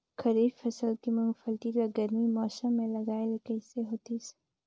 खरीफ फसल के मुंगफली ला गरमी मौसम मे लगाय ले कइसे होतिस?